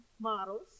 models